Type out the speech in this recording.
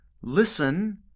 listen